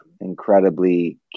incredibly